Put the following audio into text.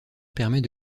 permet